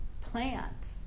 plants